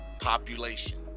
population